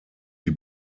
die